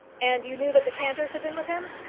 and you knew that the cantors had been with him?